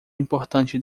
importante